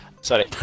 Sorry